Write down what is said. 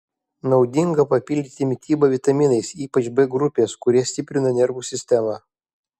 naudinga papildyti mitybą vitaminais ypač b grupės kurie stiprina nervų sistemą